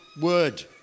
word